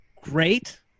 great